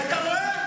אתה רואה?